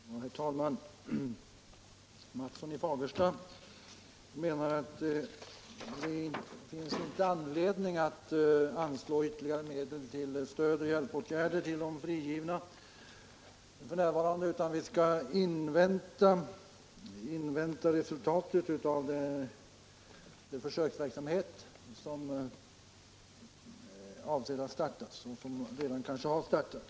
Herr talman! Herr Mathsson i Fagersta menar att det f. n. inte finns anledning att anslå ytterligare medel till stöd och hjälpåtgärder åt de frigivna. Vi skall i stället invänta resultatet av den försöksverksamhet som man avser att starta och som kanske redan har startat.